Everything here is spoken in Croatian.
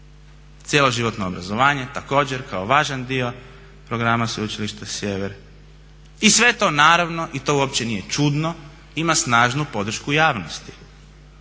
Cjeloživotno obrazovanje također kao važan dio programa Sveučilišta Sjever. I sve to naravno i to uopće nije čudno ima snažnu podršku javnosti.